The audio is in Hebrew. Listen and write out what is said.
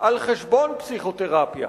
על חשבון פסיכותרפיה.